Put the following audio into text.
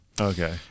Okay